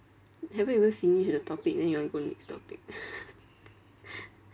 haven't even finish the topic then you want go next topic